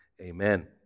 Amen